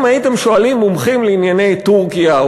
אם הייתם שואלים מומחים לענייני טורקיה,